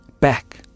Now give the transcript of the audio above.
back